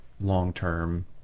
long-term